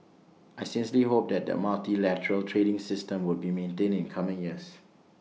I sincerely hope that the multilateral trading system would be maintained in coming years